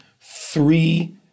three